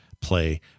play